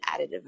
additive